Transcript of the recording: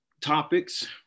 topics